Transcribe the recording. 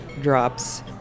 drops